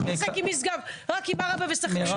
מתעסק עם משגב אלא רק עם ארעאבה וסכנין.